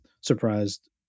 surprised